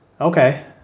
okay